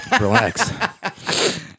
Relax